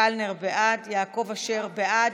קלנר, בעד, יעקב אשר, בעד.